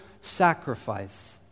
sacrifice